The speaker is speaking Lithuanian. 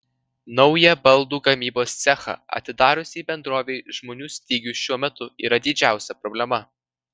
naują baldų gamybos cechą atidariusiai bendrovei žmonių stygius šiuo metu yra didžiausia problema